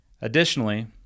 Additionally